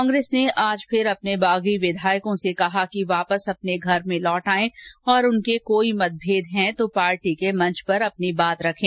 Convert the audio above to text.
कांग्रेस ने आज फिर अपने बागी विधायकों से कहा कि वापस अपने घर में लौट आयें और उनके कोई मतभेद हैं तो पार्टी के मंच पर अपनी बात रखें